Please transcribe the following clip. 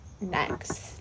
next